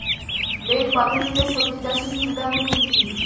Bed পদ্ধতিতে সবজি চাষের সুবিধাগুলি কি কি?